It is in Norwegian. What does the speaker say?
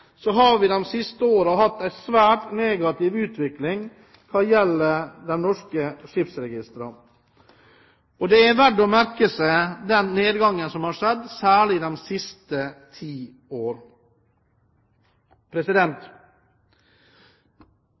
har vi de siste årene hatt en svært negativ utvikling hva gjelder de norske skipsregistrene. Det er særlig verdt å merke seg nedgangen de siste ti årene. Vilkårene i de